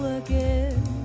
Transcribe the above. again